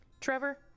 Trevor